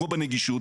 כמו בנגישות,